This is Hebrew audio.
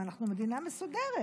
מה, אנחנו מדינה מסודרת.